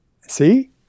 see